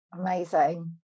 amazing